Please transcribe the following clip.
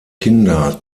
kinder